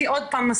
כי עוד פעם,